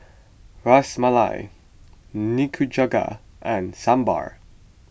Ras Malai Nikujaga and Sambar